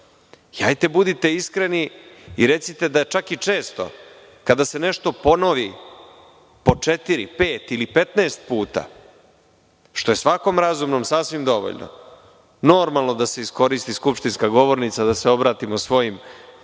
Hajte, budite iskreni i recite da čak i često, kada se nešto ponovi po četiri, pet ili 15 puta, što je svakom razumnom sasvim dovoljno. Normalno da se iskoristi skupštinska govornica da se obratimo svojim biračima